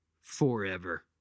forever